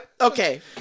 okay